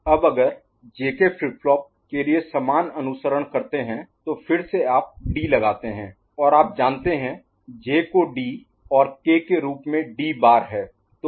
अब अगर आप जेके फ्लिप फ्लॉप के लिए समान अनुसरण करते हैं तो फिर से आप डी लगाते हैं और आप जानते हैं जे को डी और के के रूप में डी बार D' है